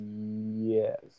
Yes